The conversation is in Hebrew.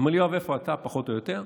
הוא אומר לי: יואב, איפה אתה, פחות או יותר?